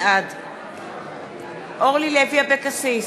בעד אורלי לוי אבקסיס,